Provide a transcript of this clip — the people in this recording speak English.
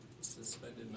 suspended